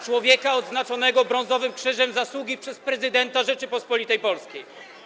Człowieka odznaczonego Brązowym Krzyżem Zasługi przez prezydenta Rzeczypospolitej Polskiej.